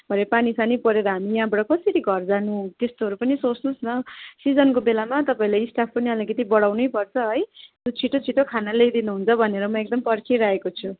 भरे पानी सानी परेर हामी यहाँबाट कसरी घर जानु त्यस्तोहरू पनि सोच्नुहोस न सिजनको बेलामा तपाईँहरूले स्टाफ पनि अलिकति बडाउनै पर्छ है लु छिटो छिटो खाना ल्याइदिनुहुन्छ भनेर म एकदम पर्खिरहेको छु